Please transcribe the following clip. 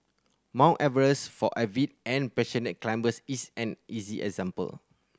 Mount Everest for avid and passionate climbers is an easy example